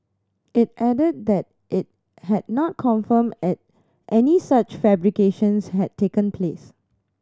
it added that it had not confirmed at any such fabrications had taken place